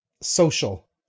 social